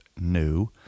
new